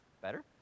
Better